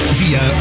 via